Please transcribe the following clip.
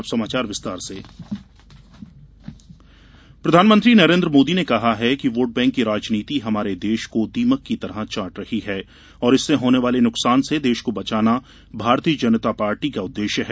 अब समाचार विस्तार से प्रधानमंत्री महाकृंभ प्रधानमंत्री नरेन्द्र मोदी ने कहा है कि वोट बैंक की राजनीति हमारे देश को दीमक की तरह चाट रही है और इससे होने वाले नुकसान से देश को बचाना भारतीय जनता पार्टी का उद्देश्य है